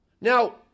Now